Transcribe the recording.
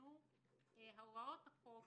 שירועננו הוראות החוק